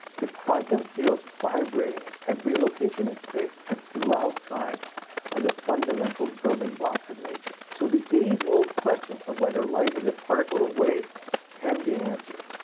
the quantum fields vibrating at every location in space and throughout time are the fundamental building blocks of nature. so the age-old question of whether light is a particle or wave can be answered.